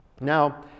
Now